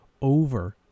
Over